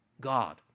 God